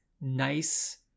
nice